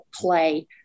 play